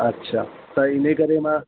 अछा त इन करे मां